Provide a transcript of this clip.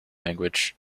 language